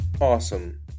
Awesome